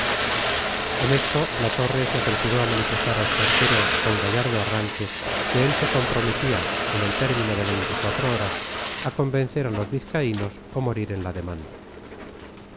en esto la torre se apresuró a manifestar a espartero con gallardo arranque que él se comprometía en el término de veinticuatro horas a convencer a los vizcaínos o morir en la demanda